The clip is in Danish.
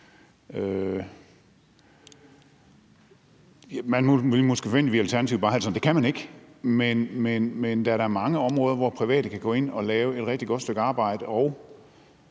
at vi i Alternativet bare havde det sådan, at det kan man ikke, men der er da mange områder, hvor private kan gå ind og lave et rigtig godt stykke arbejde,